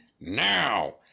now